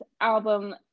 album